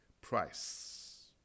price